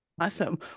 Awesome